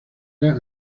era